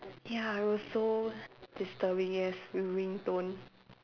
ya it was so disturbing yes the ringtone